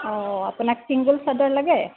অ আপোনাক চিঙ্গুল চাদৰ লাগে